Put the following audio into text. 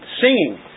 singing